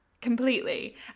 completely